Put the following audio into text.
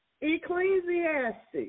Ecclesiastes